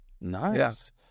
Nice